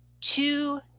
two